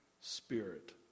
spirit